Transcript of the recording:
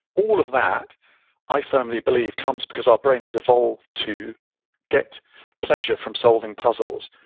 all of that i firmly believe comes because our brain has evolved to get pleasure from solving puzzles,